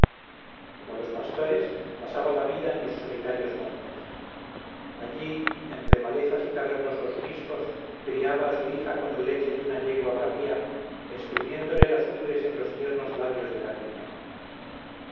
como los pastores pasaba la vida en los solitarios montes allí entre malezas y cavernosos riscos criaba a su hija con la leche de una yegua bravía exprimiéndole las ubres en los tiernos labios de la niña